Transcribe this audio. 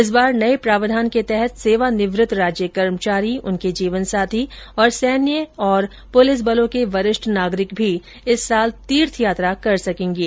इस बार नये प्रावधान के तहत सेवानिवृत्त राज्य कर्मचारी उनके जीवन साथी और सैन्य व पुलिस बलों के वरिष्ठ नागरिक भी इस साल तीर्थ यात्रा कर सकेंगे